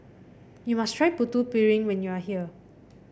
you must try Putu Piring when you are here